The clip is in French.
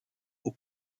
aux